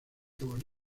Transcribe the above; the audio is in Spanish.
robos